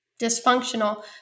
dysfunctional